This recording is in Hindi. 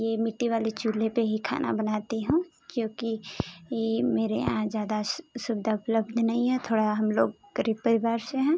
ये मिट्टी वाले चूल्हे पर ही खाना बनाती हूँ क्योंकि ये मेरे यहाँ ज़्यादा सुविधा उपलब्ध नही है थोड़ा हम लोग गरीब परिवार से हैं